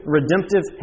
redemptive